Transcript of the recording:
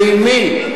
ועם מי?